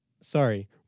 Sorry